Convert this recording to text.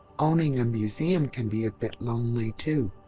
owning a museum can be a bit lonely too.